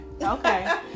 Okay